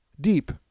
deep